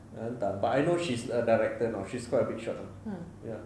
ah entah but I know she's a director now she's quite a big shot now ya